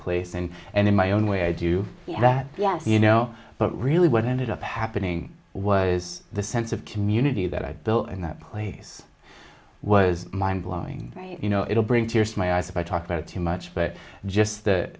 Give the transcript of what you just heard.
place and and in my own way i do that yes you know but really what ended up happening was the sense of community that i built in that place was mind blowing you know it'll bring tears to my eyes if i talk about it too much but just th